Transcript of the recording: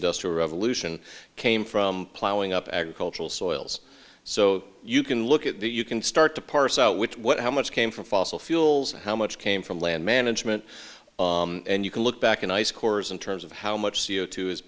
industrial revolution came from plowing up agricultural soils so you can look at that you can start to parse out which what how much came from fossil fuels and how much came from land management and you can look back in ice cores in terms of how much c o two has